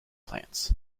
plants